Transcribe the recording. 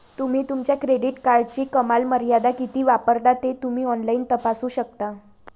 तुम्ही तुमच्या क्रेडिट कार्डची कमाल मर्यादा किती वापरता ते तुम्ही ऑनलाइन तपासू शकता